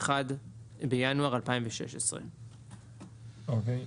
(1 בינואר 2016)". אוקיי.